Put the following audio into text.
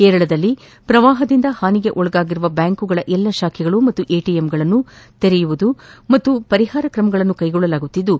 ಕೇರಳದಲ್ಲಿ ಪ್ರವಾಹದಿಂದ ಹಾನಿಗೊಳಗಾದ ಬ್ಲಾಂಕ್ಗಳ ಎಲ್ಲಾ ಶಾಖೆಗಳು ಹಾಗೂ ಎಟಿಎಂಗಳನ್ನು ತೆರೆಯುವ ಮತ್ತು ಪರಿಹಾರ ಕ್ರಮಗಳನ್ನು ಕೈಗೊಳ್ಳಲಾಗುತ್ತಿದ್ದು